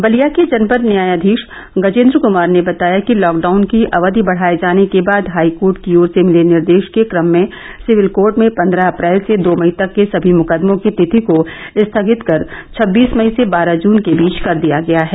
बलिया के जनपद न्यायाधीश गजेंद्र क्मार ने बताया कि लॉकडाउन की अवधि बढ़ाए जाने के बाद हाई कोर्ट की ओर से मिले निर्देश के क्रम में सिविल कोर्ट में पंद्रह अप्रैल से दो मई तक के सभी मुकदमों की तिथि को स्थगित कर छब्बीस मई से बारह जून के बीच कर दिया गया है